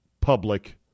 public